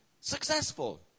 successful